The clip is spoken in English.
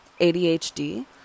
adhd